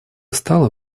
стало